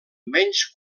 menys